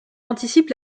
anticipe